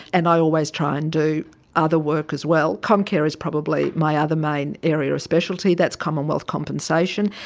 and i always try and do other work as well. comcare is probably my other main area of specialty, that's commonwealth compensation.